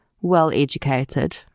well-educated